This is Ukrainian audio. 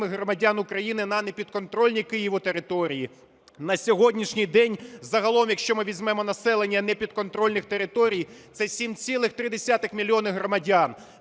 громадян України на не підконтрольні Києву території. На сьогоднішній день, загалом якщо ми візьмемо населення непідконтрольних територій, це 7,3 мільйона громадян.